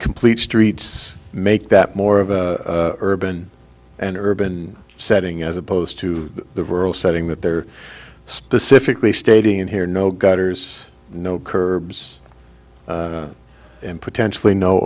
complete streets make that more of a urban and urban setting as opposed to the rural setting that they're specifically stating here no gutters no curbs and potentially no